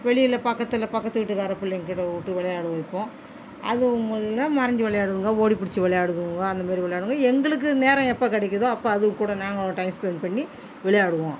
வெளியில் பக்கத்துல பக்கத்து வீட்டுக்கார பிள்ளைங்ககிட்ட விட்டு விளையாட வைப்போம் அதுவும் இல்லேனா மறைஞ்சு விளையாடுதுங்க ஓடிப்பிடிச்சு விளையாடுதுங்க அந்தமாதிரி விளையாடுங்க எங்களுக்கு நேரம் எப்போ கிடைக்குதோ அப்போ அதுககூட நாங்கள் டைம் ஸ்பென்ட் பண்ணி விளையாடுவோம்